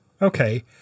Okay